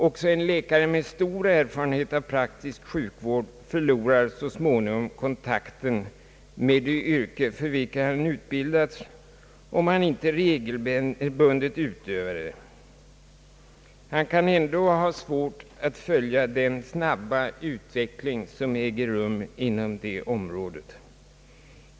Också en läkare med stor erfarenhet av praktisk sjukvård förlorar så småningom kontakten med det yrke, för vilket han utbildats, om han inte regelbundet utövar det. Han kan ändå ha svårt att följa den snabba utveckling som äger rum inom det området.